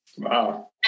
Wow